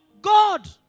God